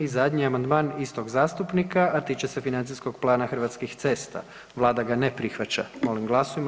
I zadnji amandman istog zastupnika, a tiče se Financijskog plana Hrvatskih cesta, vlada ga ne prihvaća, molim glasujmo.